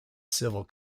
civil